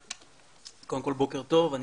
קודם כל בוקר טוב.